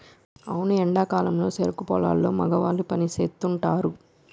అవును ఎండా కాలంలో సెరుకు పొలాల్లో మగవాళ్ళు పని సేస్తుంటారు